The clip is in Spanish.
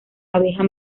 abeja